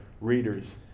readers